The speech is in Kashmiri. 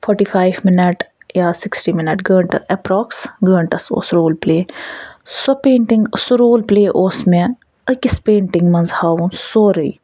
فوٚرٹی فایُو مِنٹ یا سِکِٹی مِنٹ گھٲنٹہٕ ایٚپرٛاکٕس گھٲنٹَس اوس رول پٕلے سۄ پینٹِنٛگ سُہ رول پٕلے اوس مےٚ أکِس پینٹِنٛگ منٛز ہاوُن سورُے